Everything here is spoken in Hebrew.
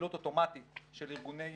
פעילות אוטומטית של ארגוני